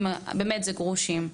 כי מדובר בגרושים.